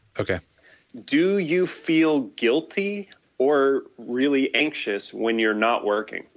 okay do you feel guilty or really anxious when you are not working,